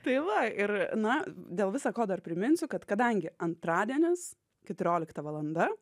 tai va ir na dėl visa ko dar priminsiu kad kadangi antradienis keturiolikta valanda